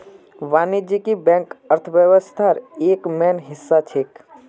वाणिज्यिक बैंक अर्थव्यवस्थार एक मेन हिस्सा छेक